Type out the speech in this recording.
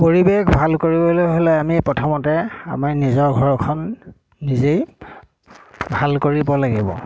পৰিৱেশ ভাল কৰিবলৈ হ'লে আমি প্ৰথমতে আমি নিজৰ ঘৰখন নিজেই ভাল কৰিব লাগিব